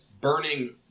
burning